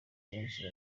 benshi